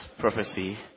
prophecy